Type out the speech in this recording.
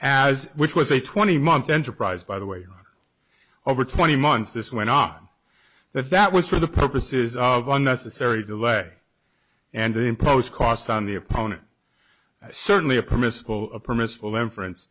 as which was a twenty month enterprise by the way over twenty months this went on that that was for the purposes of unnecessary delay and to impose costs on the opponent certainly a permissible permissible inference